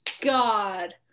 God